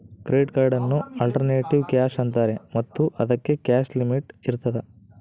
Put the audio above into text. credit ಕಾರ್ಡನ್ನು alternative cash ಅಂತಾರೆ ಮತ್ತು ಇದಕ್ಕೆ ಕ್ಯಾಶ್ ಲಿಮಿಟ್ ಇರ್ತದ